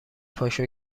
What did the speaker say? پاشو